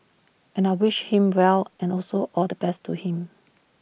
and I wished him well and also all the best to him